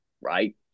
right